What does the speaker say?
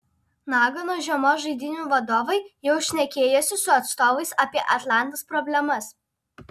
nagano žiemos žaidynių vadovai jau šnekėjosi su atstovais apie atlantos problemas